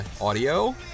audio